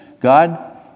God